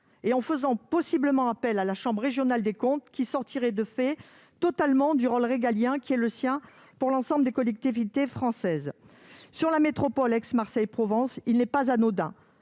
et en faisant éventuellement appel à la chambre régionale des comptes, qui sortirait, de fait, totalement du rôle régalien qui est le sien pour l'ensemble des collectivités françaises. Concernant la métropole d'Aix-Marseille-Provence, il n'est pas anodin